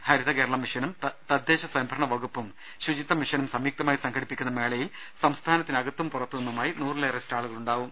ഹരിതകേരളം മിഷനും തദ്ദേശസ്വയംഭരണ വകുപ്പും ശുചിത്വ മിഷനും സംയുക്തമായി സംഘടിപ്പിക്കുന്ന മേളയിൽ സംസ്ഥാനത്തിനകത്തും പുറത്തും നിന്നുമായി നൂറിലേറെ സ്റ്റാളുകളുണ്ടാവും